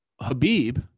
Habib